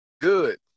Good